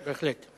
בהחלט.